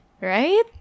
Right